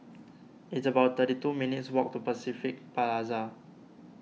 it's about thirty two minutes' walk to Pacific Plaza